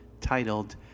titled